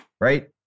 right